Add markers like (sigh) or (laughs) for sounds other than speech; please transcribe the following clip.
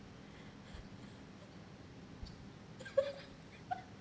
(laughs)